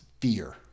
fear